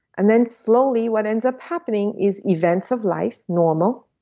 and then slowly, what ends up happening, is events of life normal,